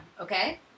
okay